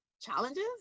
challenges